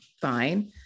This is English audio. fine